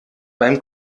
beim